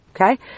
Okay